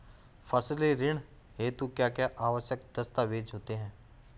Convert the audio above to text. फसली ऋण हेतु क्या क्या आवश्यक दस्तावेज़ होते हैं?